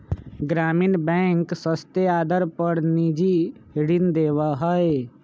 ग्रामीण बैंक सस्ते आदर पर निजी ऋण देवा हई